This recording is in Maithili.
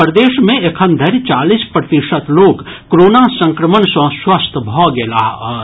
प्रदेश मे एखन धरि चालीस प्रतिशत लोक कोरोना संक्रमण सँ स्वस्थ भऽ गेलाह अछि